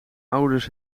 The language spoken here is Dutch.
ouders